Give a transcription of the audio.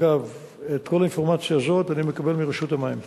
אגב, את כל האינפורמציה הזאת אני מקבל מרשות המים.